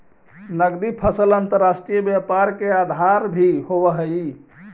नगदी फसल अंतर्राष्ट्रीय व्यापार के आधार भी होवऽ हइ